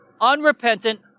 unrepentant